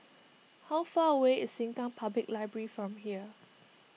how far away is Sengkang Public Library from here